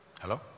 Hello